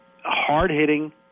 hard-hitting